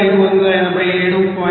64 వస్తోంది